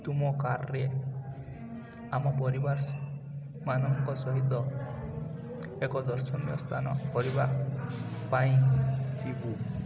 ତୁମ କାର୍ରେ ଆମ ପରିବାରମାନଙ୍କ ସହିତ ଏକ ଦର୍ଶନୀୟ ସ୍ଥାନ କରିବା ପାଇଁ ଯିବୁ